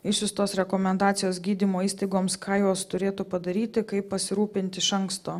išsiųstos rekomendacijos gydymo įstaigoms ką jos turėtų padaryti kaip pasirūpinti iš anksto